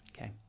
Okay